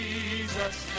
Jesus